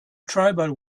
tribal